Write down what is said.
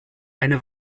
eine